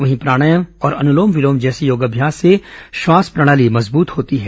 वहीं प्राणायाम और अनुलोम विलोम जैसे योगाम्यासों से श्वास प्रणाली मजबूत होती है